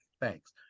Thanks